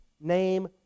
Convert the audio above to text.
name